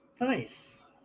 Nice